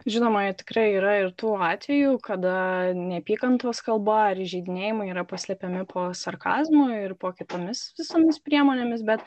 žinoma ir tikrai yra ir tų atvejų kada neapykantos kalba ar įžeidinėjimai yra paslepiami po sarkazmu ir po kitomis visomis priemonėmis bet